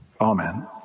Amen